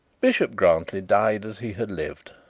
bishop grantly died as he had lived,